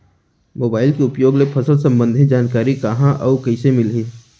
Mobile के उपयोग ले फसल सम्बन्धी जानकारी कहाँ अऊ कइसे मिलही?